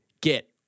get